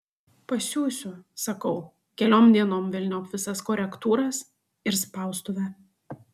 pasiųsiu sakau keliom dienom velniop visas korektūras ir spaustuvę